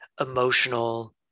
emotional